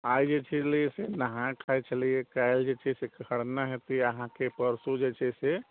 आइ जे छै से छलै नहाइ खाइ छलै काल्हि जे छै से खरना हेतै अहाँके परसू जे छै से